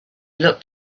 looked